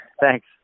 thanks